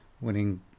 winning